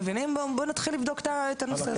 בואו נתחיל לבדוק את הנושא הזה.